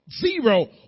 zero